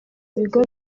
ibigo